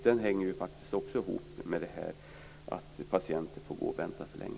Det hänger också ihop med att patienter får vänta för länge.